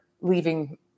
leaving